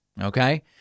Okay